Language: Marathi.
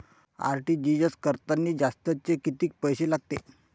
आर.टी.जी.एस करतांनी जास्तचे कितीक पैसे लागते?